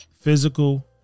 physical